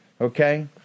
Okay